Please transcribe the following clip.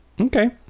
okay